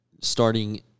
starting